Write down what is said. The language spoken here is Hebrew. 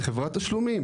כחברת תשלומים,